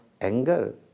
anger